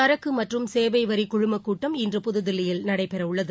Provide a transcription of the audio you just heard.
சரக்கு மற்றும் சேவை வரி குழுமக் கூட்டம் இன்று புதுதில்லியில் நடைபெறவுள்ளது